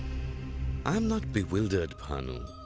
i am not bewildered, bhanu.